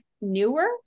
newer